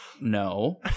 No